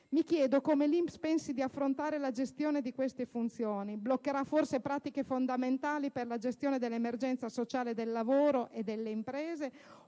Mi chiedo come l'INPS pensi di affrontare la gestione di queste funzioni. Bloccherà pratiche fondamentali per la gestione dell'emergenza sociale del lavoro e delle imprese